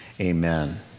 amen